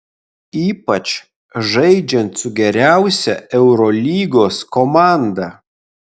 ypač žaidžiant su geriausia eurolygos komanda